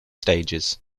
stages